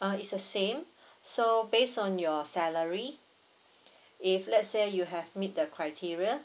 uh is the same so based on your salary if let's say you have meet the criteria